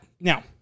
Now